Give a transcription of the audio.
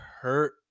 hurt